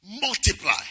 multiply